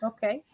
Okay